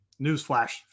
Newsflash